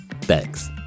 Thanks